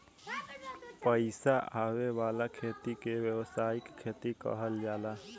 पईसा आवे वाला खेती के व्यावसायिक खेती कहल जाला